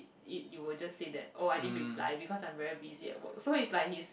it you will just say that oh I didn't reply because I'm very busy at work so it's like he's